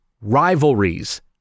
rivalries